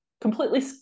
completely